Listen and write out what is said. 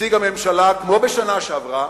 שנציג הממשלה, כמו בשנה שעברה,